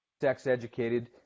sex-educated